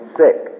sick